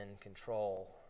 control